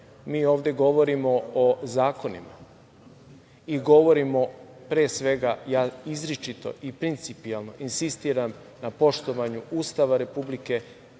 Mi ovde govorimo o zakonima i govorimo pre svega, ja izričito i principijelno insistiram na poštovanje Ustava republike.